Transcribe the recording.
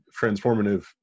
transformative